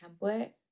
template